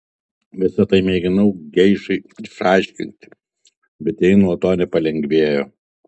visa tai mėginau geišai išaiškinti bet jai nuo to nepalengvėjo